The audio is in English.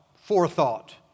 forethought